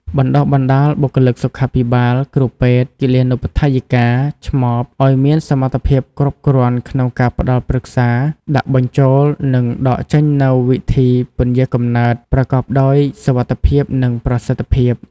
បណ្ដុះបណ្ដាលបុគ្គលិកសុខាភិបាល គ្រូពេទ្យ គិលានុបដ្ឋាយិកា ឆ្មប ឱ្យមានសមត្ថភាពគ្រប់គ្រាន់ក្នុងការផ្ដល់ប្រឹក្សា ដាក់បញ្ចូល និងដកចេញនូវវិធីពន្យារកំណើតប្រកបដោយសុវត្ថិភាព និងប្រសិទ្ធភាព ។